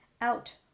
out